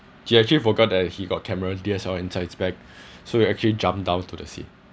he actually forgot that he got cameras D_S_L_R inside his bag so he actually jumped down to the sea